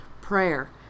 prayer